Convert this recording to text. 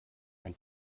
ein